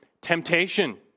temptation